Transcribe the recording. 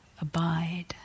Abide